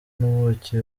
n’ubuki